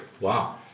Wow